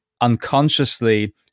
unconsciously